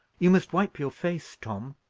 you must wipe your face, tom.